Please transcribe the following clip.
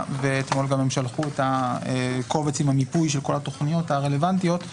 ששלחו אתמול את קובץ המיפוי של כל התכניות הרלוונטיות,